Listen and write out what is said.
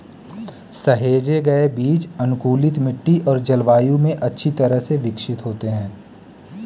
सहेजे गए बीज अनुकूलित मिट्टी और जलवायु में अच्छी तरह से विकसित होते हैं